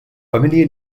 familji